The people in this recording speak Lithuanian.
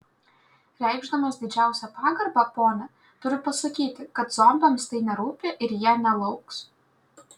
reikšdamas didžiausią pagarbą ponia turiu pasakyti kad zombiams tai nerūpi ir jie nelauks